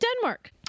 Denmark